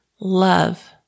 love